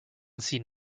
seen